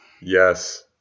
Yes